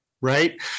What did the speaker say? Right